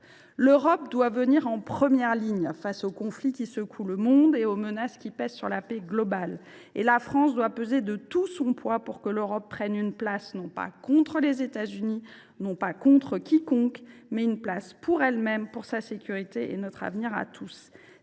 Celle ci doit se placer en première ligne face aux conflits qui secouent le monde et aux menaces qui pèsent sur la paix globale. Quant à la France, elle doit peser de tout son poids pour que l’Europe se crée une place, non pas contre les États Unis ou quiconque d’autre, mais pour elle même, pour sa sécurité et notre avenir à tous.